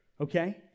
okay